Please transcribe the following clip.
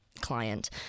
client